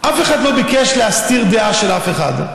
אף אחד לא ביקש להסתיר דעה של אף אחד.